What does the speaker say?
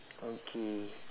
okay